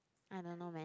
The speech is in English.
I don't know man